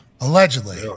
Allegedly